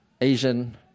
Asian